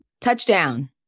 touchdown